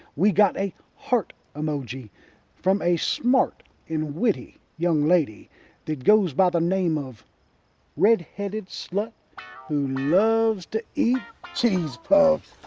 we got a heart emoji from a smart and witty young lady that goes by the name of redheaded slut who loves to eat cheese puffs